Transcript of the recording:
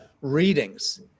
readings